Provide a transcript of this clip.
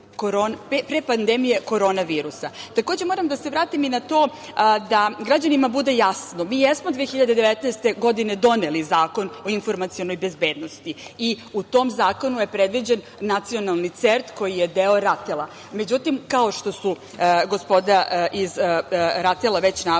pre pandemije korona virusa. Takođe, moram da se vratim i na to da građanima bude jasno, mi jesmo 2019. godine doneli Zakon o informacionoj bezbednosti i u tom zakonu je predviđen nacionalni CERT koji je deo RATEL-a. Međutim, kao što su gospoda iz RATEL-a već naveli,